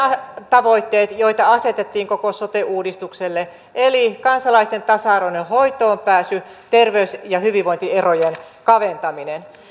tavoitteet joita asetettiin koko sote uudistukselle eli kansalaisten tasa arvoinen hoitoonpääsy terveys ja hyvinvointierojen kaventaminen